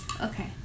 Okay